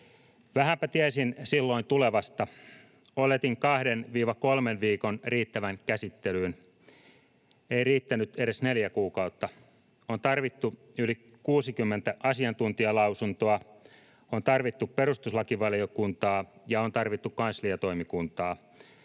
Vähänpä tiesin silloin tulevasta. Oletin 2–3 viikon riittävän käsittelyyn. Ei riittänyt edes 4 kuukautta. On tarvittu yli 60 asiantuntijalausuntoa, on tarvittu perustuslakivaliokuntaa ja on tarvittu kansliatoimikuntaa.